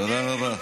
תודה רבה.